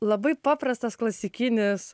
labai paprastas klasikinis